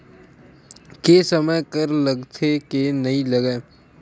के समय कर लगथे के नइ लगय?